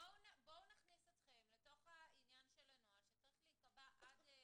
נכניס אתכם לתוך הנוהל שצריך להיקבע עד ספטמבר,